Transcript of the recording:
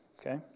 Okay